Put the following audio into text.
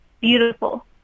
beautiful